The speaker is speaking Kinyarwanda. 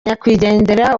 nyakwigendera